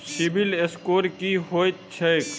CIBIL score की होइत छैक?